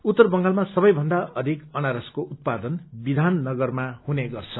उत्तर बंगालमा सबैभन्दा अधिक अनारसको उत्पादन विधान नगरमा हुँदछ